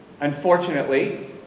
Unfortunately